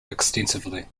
extensively